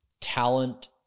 talent